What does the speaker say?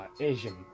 Asian